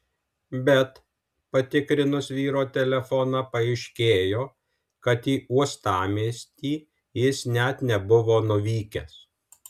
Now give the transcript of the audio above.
bet patikrinus vyro telefoną paaiškėjo kad į uostamiestį jis net nebuvo nuvykęs